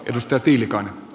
arvoisa puhemies